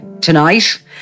tonight